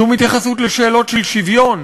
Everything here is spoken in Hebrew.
שום התייחסות לשאלות של שוויון